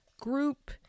group